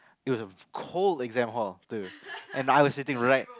it was of cold exam hall too and I was sitting right